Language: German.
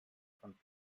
von